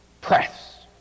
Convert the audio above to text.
press